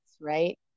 right